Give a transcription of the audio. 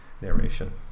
narration